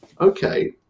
okay